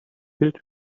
filled